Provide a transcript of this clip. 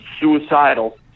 suicidal